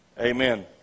Amen